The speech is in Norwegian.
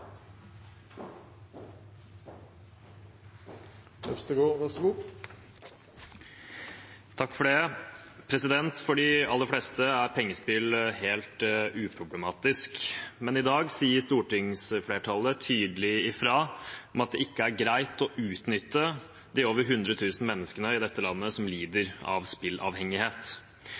pengespill helt uproblematisk, men i dag sier stortingsflertallet tydelig ifra om at det ikke er greit å utnytte de over hundre tusen menneskene i dette landet som lider av